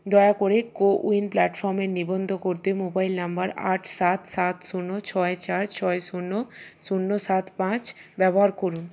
দয়া করে কোউইন প্ল্যাটফর্মে নিবন্ধ করতে মোবাইল নাম্বার আট সাত সাত শূন্য ছয় চার ছয় শূন্য শূন্য সাত পাঁচ ব্যবহার করুন